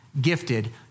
gifted